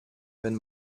wenn